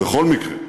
ובכל מקרה,